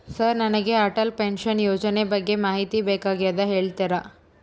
Sir ನನಗೆ Atal pension ಯೋಜನೆ ಬಗ್ಗೆ ಮಾಹಿತಿ ಬೇಕಾಗ್ಯದ ಹೇಳ್ತೇರಾ?